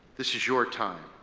this is your time,